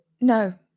no